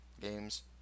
games